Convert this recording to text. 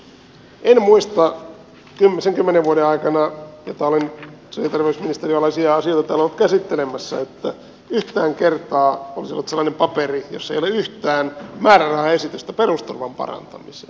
en muista niiden kymmenen vuoden aikana jolloin olen sosiaali ja terveysministeriön alaisia asioita täällä ollut käsittelemässä että yhtään kertaa olisi ollut sellaista paperia jossa ei ole yhtään määrärahaesitystä perusturvan parantamiseen